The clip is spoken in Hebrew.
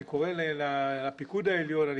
לפיקוד העליון,